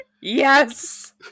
Yes